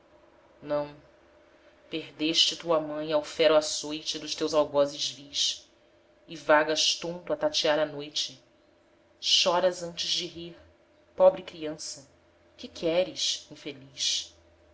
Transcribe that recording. não perdeste tua mãe ao fero açoite dos seus algozes vis e vagas tonto a tatear à noite choras antes de rir pobre criança que queres infeliz